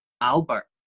albert